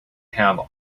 have